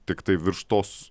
tiktai virš tos